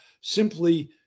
simply